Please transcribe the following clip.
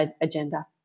agenda